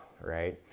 right